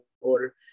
order